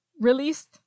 released